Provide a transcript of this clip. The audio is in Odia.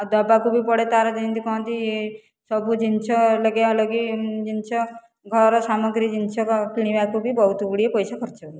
ଆଉ ଦେବାକୁ ବି ପଡ଼େ ତାର ଯେମିତି କୁହନ୍ତି ସବୁ ଜିନିଷ ଲଗେଇବା ଲାଗି ଜିନିଷ ଘର ସାମଗ୍ରୀ ଜିନିଷ କିଣିବାକୁ ବି ବହୁତ ଗୁଡ଼ିଏ ପଇସା ଖର୍ଚ୍ଚ ହୁଏ